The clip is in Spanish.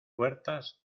puertas